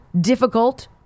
difficult